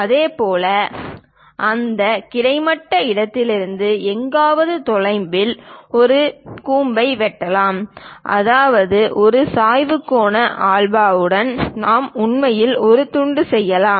இதேபோல் அந்த கிடைமட்ட இடத்திலிருந்து எங்காவது தொலைவில் இந்த கூம்பை வெட்டலாம் அதாவது ஒரு சாய்வு கோண ஆல்பாவுடன் நாம் உண்மையில் ஒரு துண்டு செய்யலாம்